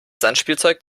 sandspielzeug